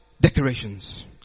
decorations